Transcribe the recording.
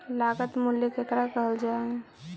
लागत मूल्य केकरा कहल जा हइ?